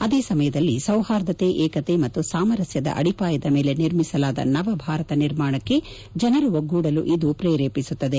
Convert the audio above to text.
ಅದೇ ಸಮಯದಲ್ಲಿ ಸೌಹಾರ್ದತೆ ಏಕತೆ ಮತ್ತು ಸಾಮರಸ್ಕದ ಅಡಿಪಾಯದ ಮೇಲೆ ನಿರ್ಮಿಸಲಾದ ನವ ಭಾರತ ನಿರ್ಮಾಣಕ್ಕೆ ಜನರು ಒಗ್ಗೂಡಲು ಇದು ಶ್ರೇರೇಪಿಸುತ್ತದೆ